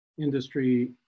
industry